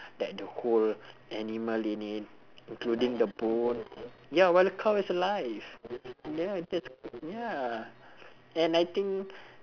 that the whole animal in it including the bone ya while the cow is alive ya that's ya and I think